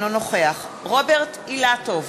אינו נוכח רוברט אילטוב,